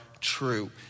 true